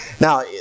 Now